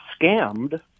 scammed